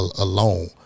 alone